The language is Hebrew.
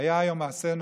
היה היום מעשה נורא: